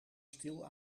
stil